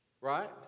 right